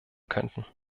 könnten